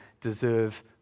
deserve